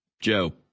joe